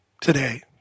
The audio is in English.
today